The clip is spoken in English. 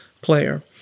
player